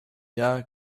jahr